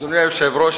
אדוני היושב-ראש,